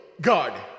God